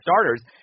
starters